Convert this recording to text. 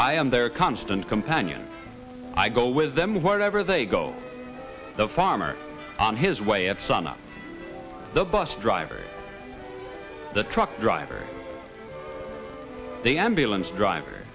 i am their constant companion i go with them wherever they go the farmer on his way up son of the bus driver the truck driver the ambulance driver